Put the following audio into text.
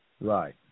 Right